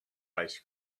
ice